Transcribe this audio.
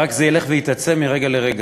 וזה רק ילך ויתעצם מרגע לרגע.